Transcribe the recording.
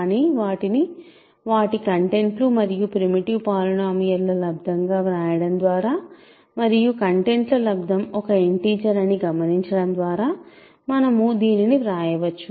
కానీ వాటిని వాటి కంటెంట్ లు మరియు ప్రిమిటివ్ పాలినోమియల్ ల లబ్దం గా వ్రాయడం ద్వారా మరియు కంటెంట్ ల లబ్దం ఒక ఇంటిజర్ అని గమనించడం ద్వారా మనము దీనిని వ్రాయవచ్చు